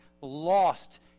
lost